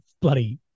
bloody